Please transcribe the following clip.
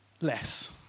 less